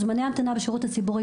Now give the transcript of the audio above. זמני ההמתנה בשירות הציבורי,